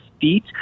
feet